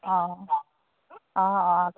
অঁ অঁ অঁ